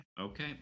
okay